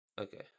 Okay